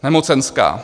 Nemocenská.